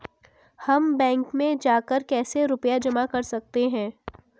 हम बैंक में जाकर कैसे रुपया जमा कर सकते हैं?